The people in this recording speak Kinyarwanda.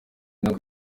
nako